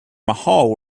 mahal